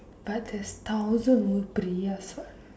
but there's thousands over Priyas what